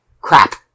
Crap